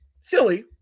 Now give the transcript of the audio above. silly